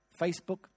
Facebook